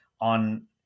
on